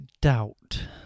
doubt